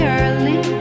early